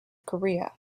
korea